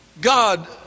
God